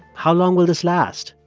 how long will this last?